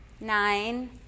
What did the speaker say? Nine